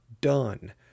done